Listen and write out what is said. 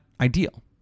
ideal